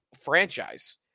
franchise